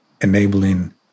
enabling